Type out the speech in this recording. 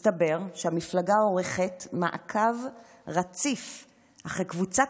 מסתבר שהמפלגה עורכת מעקב רציף אחרי קבוצת